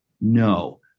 no